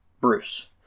Bruce